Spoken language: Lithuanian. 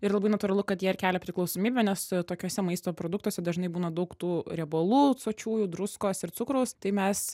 ir labai natūralu kad jie ir kelia priklausomybę nes tokiuose maisto produktuose dažnai būna daug tų riebalų sočiųjų druskos ir cukraus tai mes